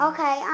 Okay